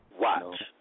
watch